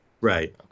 Right